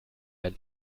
ein